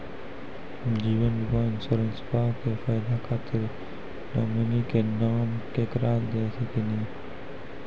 जीवन बीमा इंश्योरेंसबा के फायदा खातिर नोमिनी के नाम केकरा दे सकिनी?